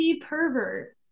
pervert